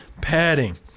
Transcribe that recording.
padding